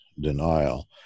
denial